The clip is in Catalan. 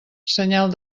senyal